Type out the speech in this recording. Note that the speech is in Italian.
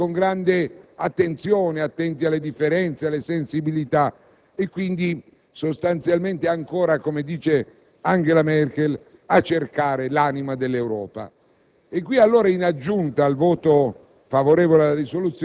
per largo consenso e quindi con grande attenzione, attenti alle differenze, alle sensibilità e sostanzialmente, come dice Angela Merkel, a una ricerca dell'anima dell'Europa.